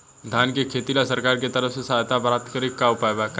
धान के खेती ला सरकार के तरफ से सहायता प्राप्त करें के का उपाय बा?